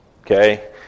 okay